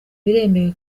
biremewe